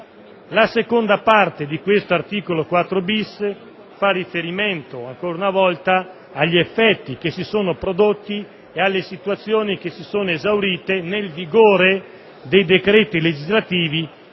La seconda parte di questo articolo 4-*bis* fa riferimento, ancora una volta, agli effetti che si sono prodotti e alle situazioni che si sono esaurite nel vigore dei decreti legislativi